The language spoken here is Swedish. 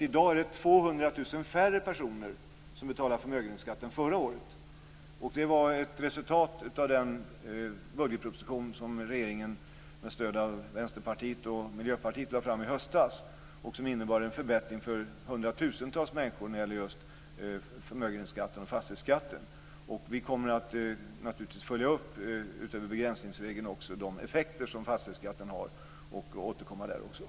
I dag är det 200 000 färre personer som betalar förmögenhetsskatt än förra året. Det är ett resultat av den budgetproposition som regeringen med stöd av Vänsterpartiet och Miljöpartiet lade fram i höstas och som innebar en förbättring för hundratusentals människor när det gäller förmögenhetsskatten och fastighetsskatten. Vi kommer naturligtvis att utöver begränsningsregeln följa upp de effekter som fastighetsskatten har och återkomma även till det.